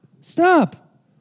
Stop